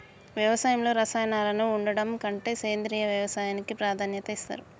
వ్యవసాయంలో రసాయనాలను వాడడం కంటే సేంద్రియ వ్యవసాయానికే ప్రాధాన్యత ఇస్తరు